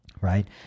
right